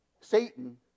Satan